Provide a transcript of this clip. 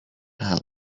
help